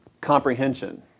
comprehension